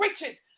riches